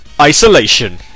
Isolation